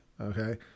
Okay